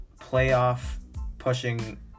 playoff-pushing